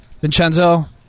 Vincenzo